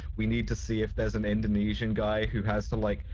we need to see if there's an indonesian guy who has to, like,